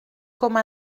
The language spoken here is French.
comme